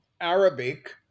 Arabic